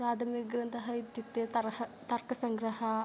प्राथमिकग्रन्थः इत्युक्ते तरः तर्कसंग्रहः